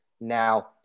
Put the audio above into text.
Now